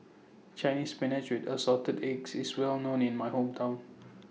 Chinese Spinach with Assorted Eggs IS Well known in My Hometown